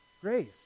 Grace